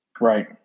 Right